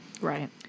Right